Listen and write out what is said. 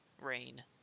rain